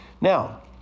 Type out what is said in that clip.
Now